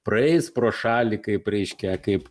praeis pro šalį kaip reiškia kaip